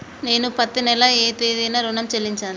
నేను పత్తి నెల ఏ తేదీనా ఋణం చెల్లించాలి?